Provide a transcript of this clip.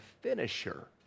finisher